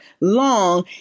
long